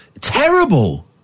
Terrible